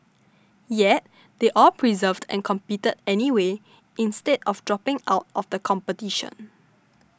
yet they all persevered and competed anyway instead of dropping out of the competition